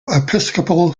episcopal